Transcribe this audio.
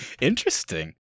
Interesting